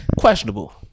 questionable